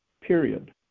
period